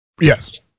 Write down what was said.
Yes